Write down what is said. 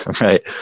Right